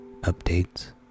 updates